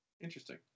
Interesting